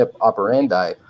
operandi